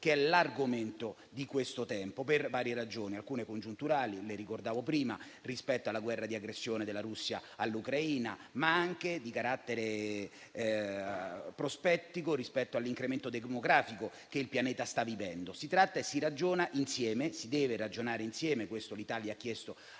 principale di questo tempo per varie ragioni, alcune congiunturali (le ricordavo prima, con riferimento alla guerra di aggressione della Russia all'Ucraina), altre di carattere prospettico (rispetto all'incremento demografico che il pianeta sta vivendo). Si tratta e si ragiona insieme: si deve ragionare insieme e questo l'Italia ha chiesto